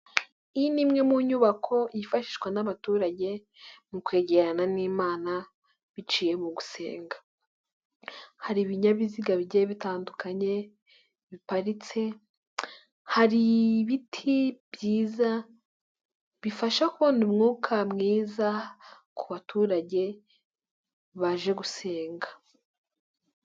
Iyi ni imwe mu nyubako yifashishwa n'abaturage mu kwegerana n'imana biciye mu gusenga, hari ibinyabiziga bigenda bitandukanye biparitse, hari ibiti byiza bifasha kubona umwuka mwiza ku baturage baje gusenga.